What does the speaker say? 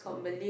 mm